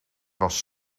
was